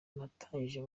natangiye